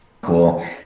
Cool